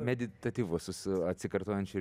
meditatyvus su su atsikartojančia